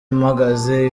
mpagaze